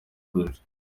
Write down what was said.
groupe